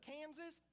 Kansas